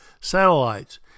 satellites